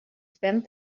spent